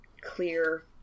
clear